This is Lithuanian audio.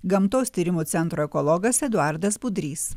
gamtos tyrimų centro ekologas eduardas budrys